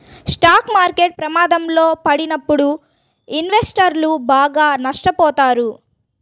stock market ప్రమాదంలో పడినప్పుడు ఇన్వెస్టర్లు బాగా నష్టపోతారు